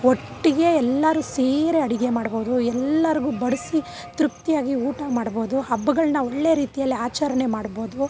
ಒಟ್ಟಿಗೆ ಎಲ್ಲರೂ ಸೇರಿ ಅಡುಗೆ ಮಾಡಬೌದು ಎಲ್ರಿಗೂ ಬಡಿಸಿ ತೃಪ್ತಿಯಾಗಿ ಊಟ ಮಾಡಬೋದು ಹಬ್ಬಗಳನ್ನು ಒಳ್ಳೆ ರೀತಿಯಲ್ಲಿ ಆಚರಣೆ ಮಾಡಬೌದು